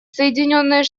соединенные